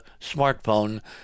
smartphone